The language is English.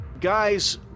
guys